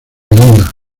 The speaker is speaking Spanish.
lima